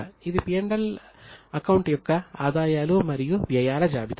ఇది P L account యొక్క ఆదాయాలు మరియు వ్యయాల జాబితా